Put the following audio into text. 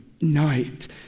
night